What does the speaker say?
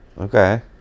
Okay